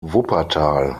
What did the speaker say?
wuppertal